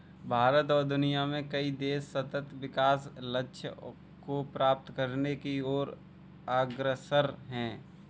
भारत और दुनिया में कई देश सतत् विकास लक्ष्य को प्राप्त करने की ओर अग्रसर है